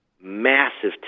massive